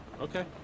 Okay